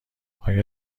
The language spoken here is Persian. آیا